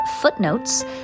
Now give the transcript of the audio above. Footnotes